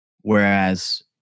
Whereas